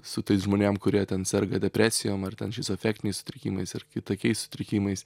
su tais žmonėm kurie ten serga depresijom ar ten šizoafektiniais sutrikimais ar kitokiais sutrikimais